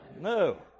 No